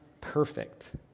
perfect